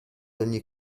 ogni